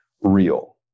real